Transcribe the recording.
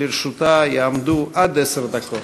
לרשותה יעמדו עד עשר דקות.